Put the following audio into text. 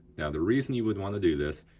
now, the reason you would wanna do this,